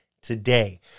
today